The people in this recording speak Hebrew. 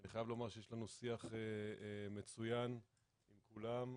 אני חייב לומר שיש לנו שיח מצוין עם כולם,